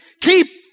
Keep